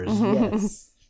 Yes